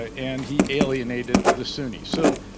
and he alienated the sunnis. so,